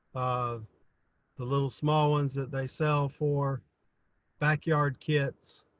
ah the little small ones that they sell for backyard kits.